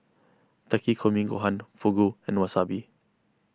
Takikomi Gohan Fugu and Wasabi